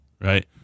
right